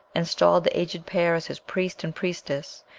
installed the aged pair as his priest and priestess,